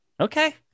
Okay